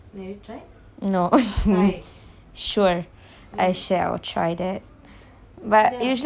sure I shall try that but usually I go bar lah they already give me the mix one